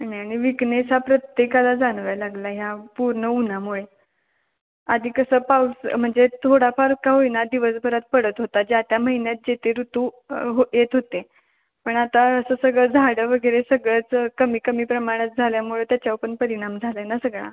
नाही आणि विकनेस हा प्रत्येकाला जाणवायला लागला आहे ह्या पूर्ण उन्हामुळे आधी कसं पाऊस म्हणजे थोडाफार का होईना दिवसभरात पडत होता ज्या त्या महिन्यात जे ते ऋतू हो येत होते पण आता असं सगळं झाडं वगैरे सगळंच कमी कमी प्रमाणात झाल्यामुळे त्याच्यावर पण परिणाम झाला आहे ना सगळा